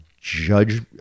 judge